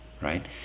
right